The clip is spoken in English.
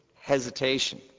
hesitation